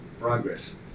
progress